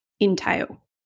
entail